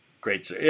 Great